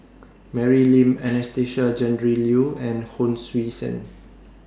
Mary Lim Anastasia Tjendri Liew and Hon Sui Sen